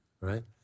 right